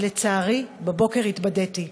אבל לצערי, בבוקר התבדיתי,